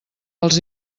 els